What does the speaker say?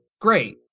Great